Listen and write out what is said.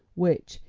which,